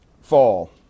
fall